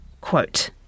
Quote